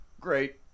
Great